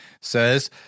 says